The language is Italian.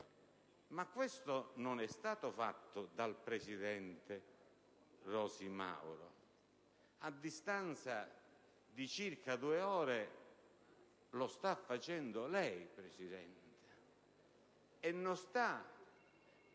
Ma questo non è stato fatto dalla presidente Mauro: a distanza di circa due ore lo sta facendo lei, Presidente. E non sta